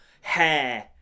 hair